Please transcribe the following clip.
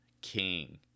king